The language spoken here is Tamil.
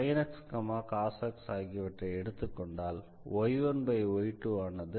sin x cosx ஆகியவற்றை எடுத்துக்கொண்டால் y1y2 ஆனது tan x என கிடைக்கிறது